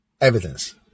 evidence